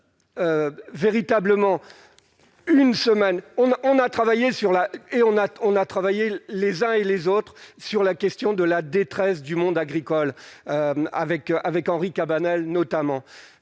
sur la et on a, on a travaillé les uns et les autres sur la question de la détresse du monde agricole avec avec Henri Cabanel notamment,